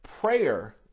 prayer